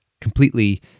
completely